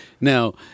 Now